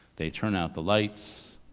they turn out the lights.